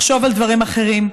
לחשוב על דברים אחרים.